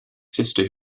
sister